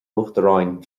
uachtaráin